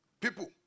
People